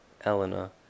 Elena